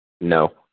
No